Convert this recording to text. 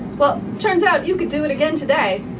well, turns out you could do it again today.